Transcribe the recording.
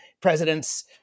Presidents